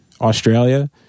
Australia